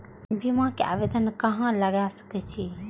बीमा के आवेदन कहाँ लगा सके छी?